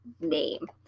name